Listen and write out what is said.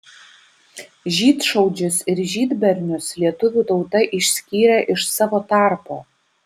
žydšaudžius ir žydbernius lietuvių tauta išskyrė iš savo tarpo